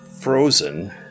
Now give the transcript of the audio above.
frozen